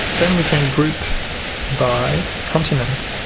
then we can group by continent